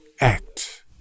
act